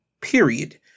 period